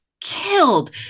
killed